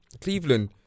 cleveland